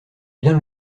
bien